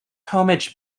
homage